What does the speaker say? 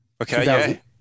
Okay